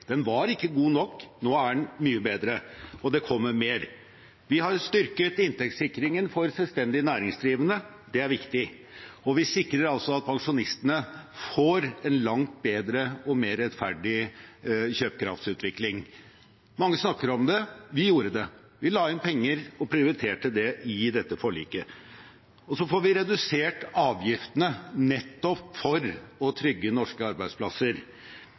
Den var ikke god nok. Nå er den mye bedre, og det kommer mer. Vi har styrket inntektssikringen for selvstendig næringsdrivende, det er viktig, og vi sikrer altså at pensjonistene får en langt bedre og mer rettferdig kjøpekraftsutvikling. Mange snakker om det, vi gjorde det – vi la inn penger og prioriterte det i dette forliket. Og så får vi redusert avgiftene, nettopp for å trygge norske arbeidsplasser